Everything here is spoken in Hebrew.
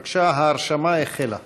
בבקשה, ההרשמה החלה.